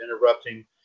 interrupting